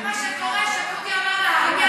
זה מה שקורה כשדודי אמר להרים ידיים.